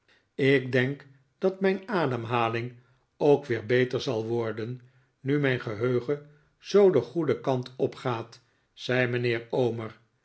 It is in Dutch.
ik denk dat mijn ademhaling ook weer beter zal worden nu mijn geheugen zoo den goeden kant opgaat zei mijnheer omer